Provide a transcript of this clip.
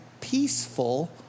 peaceful